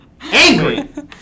Angry